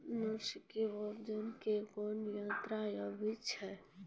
Nursery के उपयोग मे कोन यंत्र आबै छै?